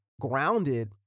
Grounded